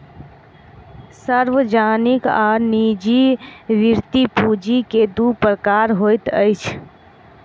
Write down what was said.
सार्वजनिक आ निजी वृति पूंजी के दू प्रकार होइत अछि